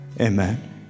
Amen